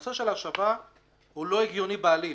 נושא של השבה לא הגיוני בעליל.